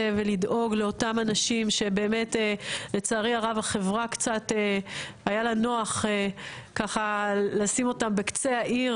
ולדאוג לאותם אנשים שההחברה קצת היה לה נוח לשים אותם בקצה העיר